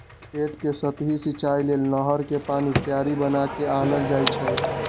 खेत कें सतहि सिचाइ लेल नहर कें पानी क्यारि बना क आनल जाइ छइ